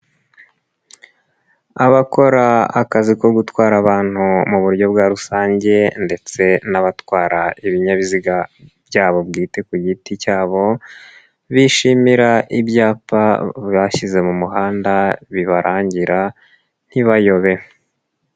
Abakora akazi ko gutwara abantu mu buryo bwa rusange ndetse n'abatwara ibinyabiziga byabo bwite ku giti cyabo, bishimira ibyapa bashyize mu muhanda, bibarangira, ntibayobe.